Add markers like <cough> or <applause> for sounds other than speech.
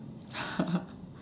<laughs>